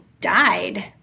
died